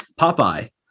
Popeye